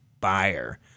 buyer